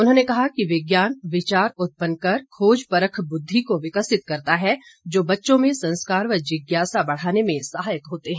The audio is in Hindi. उन्होंने कहा कि विज्ञान विचार उत्पन्न कर खोज परख बुद्धि को विकसित करता है जो बच्चों में संस्कार व जिज्ञासा बढ़ाने में सहायक होते हैं